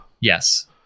Yes